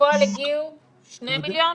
בפועל הגיעו שני מיליון,